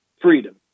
freedom